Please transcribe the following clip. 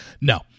No